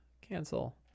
Cancel